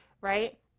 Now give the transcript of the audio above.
right